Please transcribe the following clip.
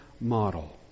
model